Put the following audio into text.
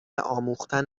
آموختن